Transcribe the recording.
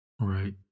Right